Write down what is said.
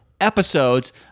episodes